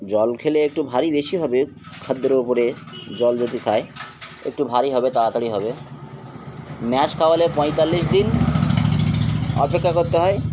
জল খেলে একটু ভারী বেশি হবে খাদ্যের ও উপরে জল যদি খায় একটু ভারী হবে তাড়াতাড়ি হবে ম্যাশ খাওয়ালে পঁয়তাল্লিশ দিন অপেক্ষা করতে হয়